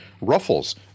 Ruffles